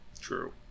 true